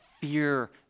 Fear